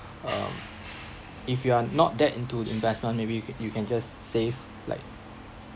um if you are not that into investment maybe you you can just save like